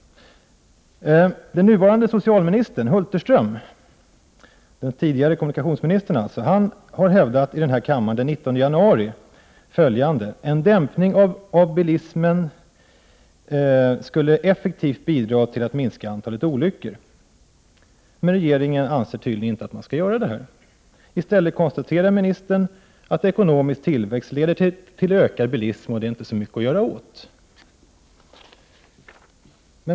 Den nuvarande socialministern, Hulterström, den tidigare kommunikationsministern, har i denna kammare den 19 janauri hävdat ”att en dämpning av bilismen effektivt skulle bidra till att minska antalet trafikolyckor”. Men regeringen anser tydligen inte att man skall göra detta. I stället konstaterar ministern att ekonomisk tillväxt leder till ökad bilism, och det är inte så mycket att göra åt.